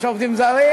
יש עובדים זרים.